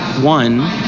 one